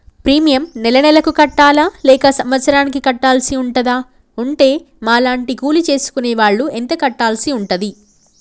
Premium నెల నెలకు కట్టాలా లేక సంవత్సరానికి కట్టాల్సి ఉంటదా? ఉంటే మా లాంటి కూలి చేసుకునే వాళ్లు ఎంత కట్టాల్సి ఉంటది?